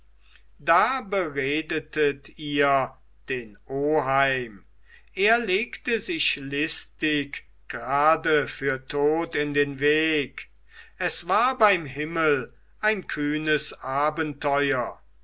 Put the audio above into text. da beredetet ihr den oheim er legte sich listig grade für tot in den weg es war beim himmel ein kühnes abenteuer